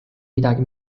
midagi